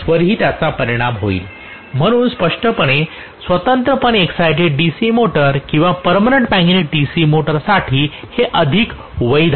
फ्लक्सवरही त्याचा परिणाम होईल म्हणून स्पष्टपणे स्वतंत्रपणे एक्ससायटेड DC मोटर किंवा पर्मनंट मॅग्नेट डीसी मोटरसाठी हे अधिक वैध आहे